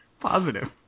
positive